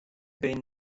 بین